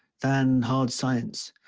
than hard science